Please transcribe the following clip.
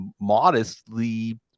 modestly